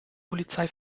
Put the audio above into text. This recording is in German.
polizei